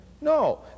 No